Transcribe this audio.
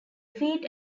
feet